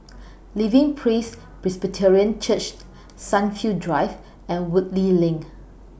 Living Praise Presbyterian Church Sunview Drive and Woodleigh LINK